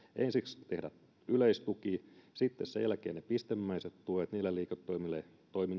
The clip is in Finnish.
ensiksi tehdä yleistuki sitten sen jälkeen ne pistemäiset tuet niille liiketoiminnoille